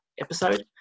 episode